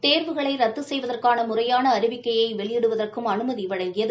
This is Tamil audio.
தேர்வுகளை ரத்து செய்வதற்கான முறையான அறிவிக்கையை வெளியிடுவதற்கும் அனுமதி வழங்கியது